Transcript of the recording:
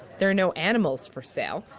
there are no animals for sale,